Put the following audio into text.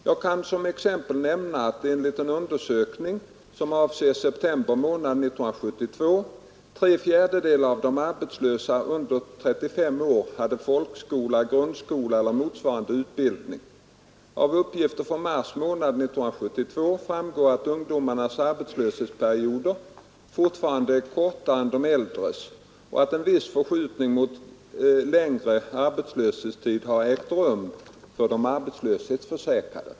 Jag kan som exempel nämna att enligt en undersökning som avser september månad 1972 tre fjärdedelar av de arbetslösa under 35 år hade folkskola, grundskola eller motsvarande utbildning. Av uppgifter för mars månad 1972 framgår att ungdomarnas arbetslöshetsperioder fortfarande är kortare än de äldres och att en viss förskjutning mot längre arbetslöshetstid har ägt rum för de arbetslöshetsförsäkrade.